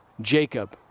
Jacob